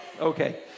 Okay